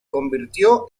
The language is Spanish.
convirtió